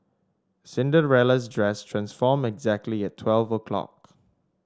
Cinderella's dress transformed exactly at twelve o'clock